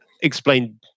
explain